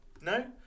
No